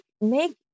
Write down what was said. make